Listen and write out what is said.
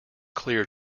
clear